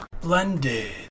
Blended